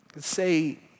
Say